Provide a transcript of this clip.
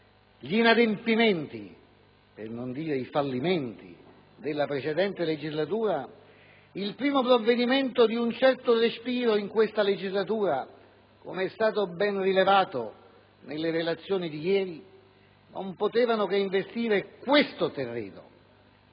gli inadempimenti, per non dire fallimenti, della precedente legislatura, il primo provvedimento di un certo respiro in questa legislatura, come è stato ben rilevato nelle relazioni di ieri, non poteva che investire questo terreno.